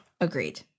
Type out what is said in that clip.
agreed